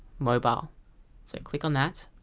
mobile so click on that,